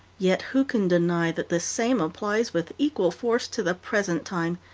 yet who can deny that the same applies with equal force to the present time,